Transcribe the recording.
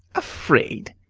afraid!